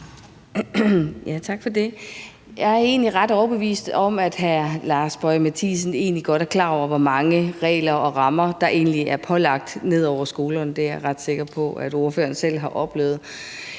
Jeg er ret overbevist om, at hr. Lars Boje Mathiesen egentlig godt er klar over, hvor mange regler og rammer der er lagt ned over skolerne. Det er jeg ret sikker på at ordføreren selv har oplevet.